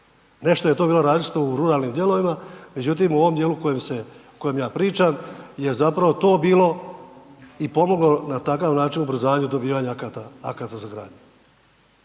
Nešto je to bilo različito u ruralnim dijelovima, međutim u ovom dijelu kojim se, o kojem ja pričam je zapravo to bilo i pomoglo na takav način ubrzanju dobivanja akata za gradnju.